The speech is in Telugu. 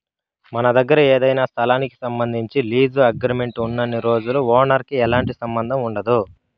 మన దగ్గర ఏదైనా స్థలానికి సంబంధించి లీజు అగ్రిమెంట్ ఉన్నన్ని రోజులు ఓనర్ కి ఎలాంటి సంబంధం ఉండదు